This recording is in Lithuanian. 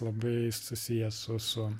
labai susijęs su